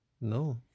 no